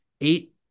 eight